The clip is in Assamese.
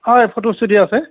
হয় ফটো ষ্টুডিঅ' আছে